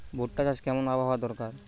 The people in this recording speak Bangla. ভুট্টা চাষে কেমন আবহাওয়া দরকার?